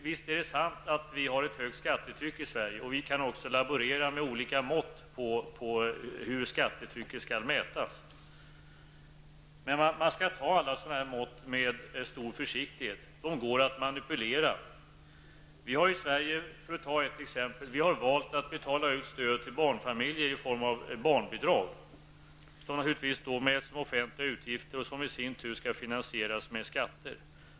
Visst är det sant att vi har ett högt skattetryck i Sverige, och vi kan också laborera med olika mått på hur skattetrycket skall mätas. Men man skall se på alla sådana mått med stor försiktighet, eftersom de går att manipulera. För att ta ett exempel har vi i Sverige valt att betala ut stöd till barnfamiljer i form av barnbidrag, som då naturligtvis mäts som offentliga utgifter vilka i sin tur skall finansieras med skatter.